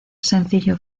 sencillo